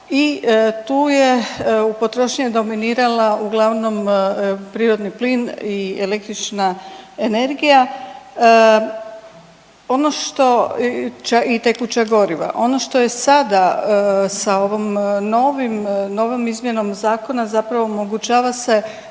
I tu je u potrošnji je dominirala uglavnom prirodni plin i električna energija. Ono što, i tekuća goriva, ono što je sada sa ovom novim, novom izmjenom zakona zapravo omogućava se